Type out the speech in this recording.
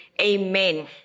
amen